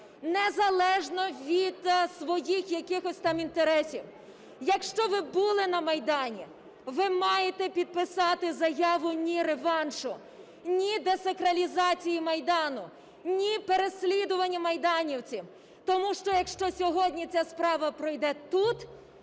незалежно від своїх якихось там інтересів, якщо ви були на Майдані, ви маєте підписати заяву: "Ні – реваншу! Ні – десакралізації Майдану! Ні – переслідування майданівців!". Тому що, якщо сьогодні ця справа пройде тут,